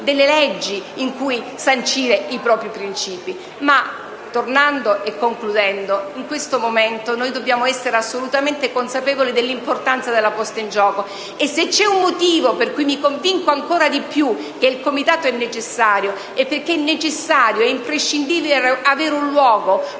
anche leggi in cui sancire i propri principi. In conclusione, in questo momento dobbiamo essere assolutamente consapevoli dell'importanza della posta in gioco, e se c'è un motivo per cui mi convinco ancora di più che il Comitato è necessario è perché è necessario ed imprescindibile avere un luogo